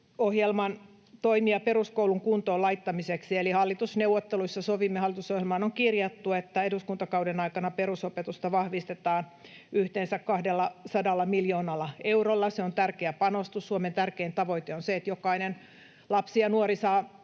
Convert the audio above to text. hallitusohjelman toimia peruskoulun kuntoonlaittamiseksi. Eli hallitusneuvotteluissa sovimme — hallitusohjelmaan on kirjattu — että eduskuntakauden aikana perusopetusta vahvistetaan yhteensä 200 miljoonalla eurolla. Se on tärkeä panostus. Suomen tärkein tavoite on se, että jokainen lapsi ja nuori saa